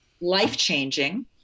life-changing